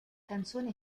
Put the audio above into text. canzone